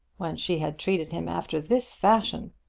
when she had treated him after this fashion!